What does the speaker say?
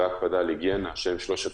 על היגיינה ולא לצאת חולים מהבית שהם שלושת